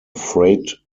freight